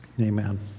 Amen